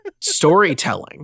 storytelling